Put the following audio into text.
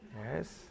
Yes